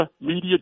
media